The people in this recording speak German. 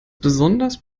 besonders